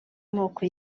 moko